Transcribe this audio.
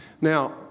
Now